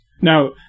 Now